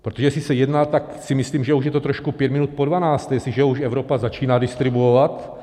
Protože jestli se jedná, tak si myslím, že už je to trošku pět minut po dvanácté, jestliže už Evropa začíná distribuovat.